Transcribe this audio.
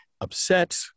upset